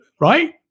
right